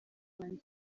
banjye